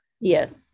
Yes